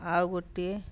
ଆଉ ଗୋଟେ